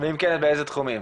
ואם כן באיזה תחומים?